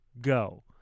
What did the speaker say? Go